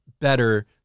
better